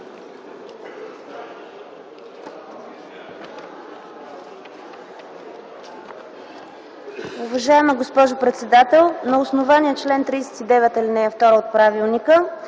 Уважаема госпожо председател, на основание чл. 39, ал. 2 от Правилника